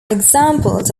examples